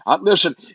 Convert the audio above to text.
Listen